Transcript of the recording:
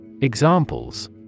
Examples